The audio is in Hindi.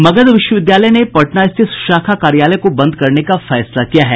मगध विश्वविद्यालय ने पटना स्थित शाखा कार्यालय को बंद करने का फैसला किया है